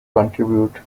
contribute